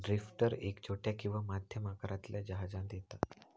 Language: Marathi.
ड्रिफ्टर एक छोट्या किंवा मध्यम आकारातल्या जहाजांत येता